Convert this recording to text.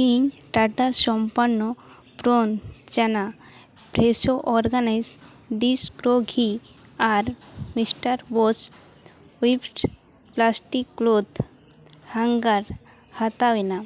ᱤᱧ ᱴᱟᱴᱟ ᱥᱚᱢᱯᱟᱱᱱᱚ ᱵᱨᱚᱱ ᱪᱟᱱᱟ ᱯᱷᱮᱨᱮᱥᱳ ᱨᱚᱜᱟᱱᱤᱠ ᱫᱤᱥ ᱠᱨᱳ ᱜᱷᱤ ᱟᱨ ᱢᱤᱥᱴᱟᱨ ᱵᱳᱥ ᱥᱩᱭᱤᱯᱷᱴ ᱯᱞᱟᱥᱴᱤᱠ ᱠᱞᱳᱛᱷ ᱦᱟᱝᱜᱟᱨ ᱦᱟᱛᱟᱣ ᱮᱱᱟ